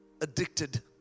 addicted